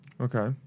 Okay